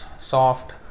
soft